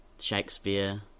shakespeare